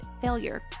failure